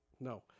No